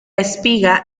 espiga